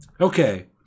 okay